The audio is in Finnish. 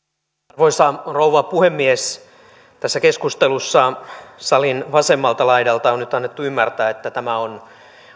arvoisa rouva puhemies tässä keskustelussa salin vasemmalta laidalta on nyt annettu ymmärtää että tämä on